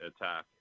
attack